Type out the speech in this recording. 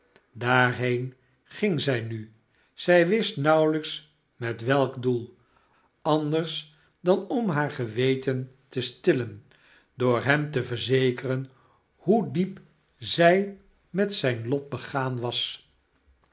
daarheen ging zij nu zij wist nauwelijks met welk doel anders dan om haar geweten te stillen door hem te verzekeren hoe diep zij met zijn lot begaan was